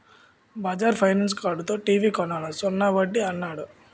Bajaj finance కార్డుతో TV కొన్నాను సున్నా వడ్డీ యన్నాడు